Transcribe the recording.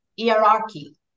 hierarchy